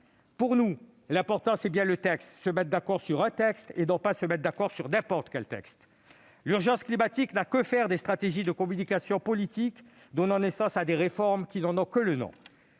Pour nous, l'important, c'est bien le texte, de nous mettre d'accord sur un texte et non pas sur n'importe quel texte. L'urgence climatique n'a que faire des stratégies de communication politique donnant naissance à des réformes qui n'en ont que le nom.